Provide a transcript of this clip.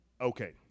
Okay